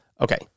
Okay